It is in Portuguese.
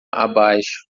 abaixo